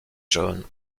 john